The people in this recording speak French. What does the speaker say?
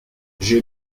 j’ai